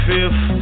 Fifth